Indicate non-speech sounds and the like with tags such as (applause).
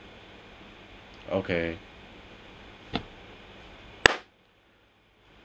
okay (noise)